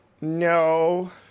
no